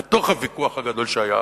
בתוך הוויכוח הגדול שהיה